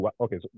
Okay